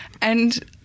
And-